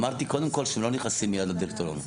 אמרתי קודם כל שלא נכנסים מייד לדירקטוריון.